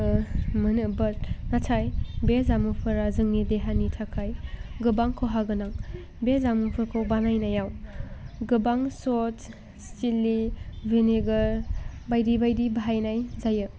मोनो बाट नाथाय बे जामुंफोरा जोंनि देहानि थाखाय गोबां खहागोनां बे जामुंफोरखौ बानायनायाव गोबां शस चिलि भिनेगार बायदि बायदि बाहायनाय जायो